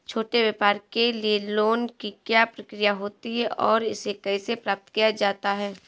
छोटे व्यापार के लिए लोंन की क्या प्रक्रिया होती है और इसे कैसे प्राप्त किया जाता है?